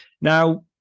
Now